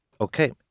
Okay